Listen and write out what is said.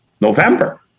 November